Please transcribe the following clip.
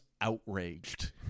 outraged